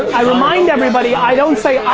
i remind everybody, i don't say